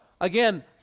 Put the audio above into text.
again